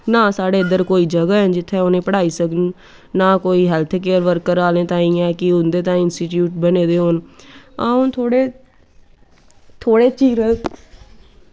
ना साढ़े इध्दर कोई जगह न जित्थें उनें पढ़ाई सकन ना कोई हैल्थ केयर बर्कर आह्ले तांई ऐ कि उन्दे तांईं इन्सटिचूट बने दे होन हां हून थोह्ड़े थोह्ड़े चिर